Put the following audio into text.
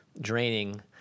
draining